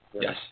Yes